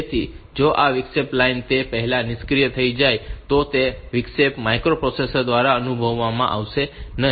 તેથી જો આ વિક્ષેપ લાઈન તે પહેલાં નિષ્ક્રિય થઈ જાય તો તે વિક્ષેપ માઇક્રોપ્રોસેસર દ્વારા અનુભવવામાં આવશે નહીં